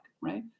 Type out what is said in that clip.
right